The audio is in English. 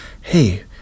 hey